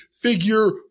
figure